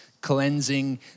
cleansing